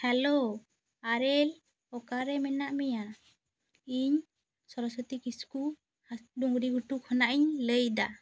hello ᱟᱨᱮ ᱚᱠᱟᱨᱮ ᱢᱮᱱᱟᱜ ᱢᱮᱭᱟ ᱤᱧ ᱥᱚᱨᱚᱥᱚᱛᱤ ᱠᱤᱥᱠᱩ ᱰᱩᱝᱨᱤ ᱜᱷᱩᱴᱩ ᱠᱷᱚᱱᱟᱜ ᱤᱧ ᱞᱟᱹᱭᱮᱫᱟ